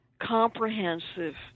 comprehensive